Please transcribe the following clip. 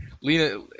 Lena